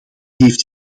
heeft